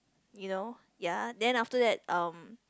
you know ya then after that um